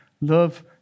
Love